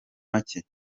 make